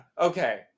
okay